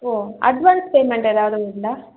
ஓ advance payment ஏதாவது உண்டா